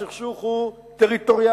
הסכסוך הוא טריטוריאלי,